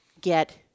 get